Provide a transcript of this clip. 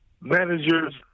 managers